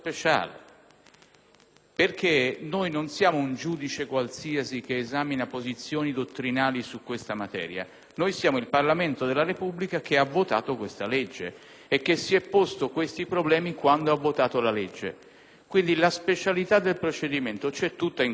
speciale. Non siamo un giudice qualsiasi che esamina posizioni dottrinali su questa materia: siamo il Parlamento della Repubblica che ha votato questa legge e che si è posto questi problemi quando ha votato la legge. Quindi, la specialità del procedimento è tutta in queste parole